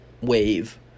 wave